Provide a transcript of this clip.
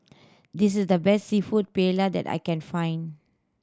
this is the best Seafood Paella that I can find